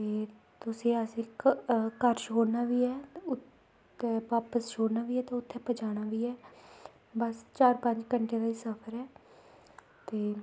ते तुसैं इक घर शोड़ना बी ऐ ते बापस शोड़ना बी ऐ ते पज़ाना बी ऐ बस चार पंज घैंटे दा सफर ऐ ते